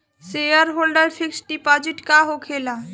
Shareholder fix deposit का होखे ला?